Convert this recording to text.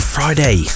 Friday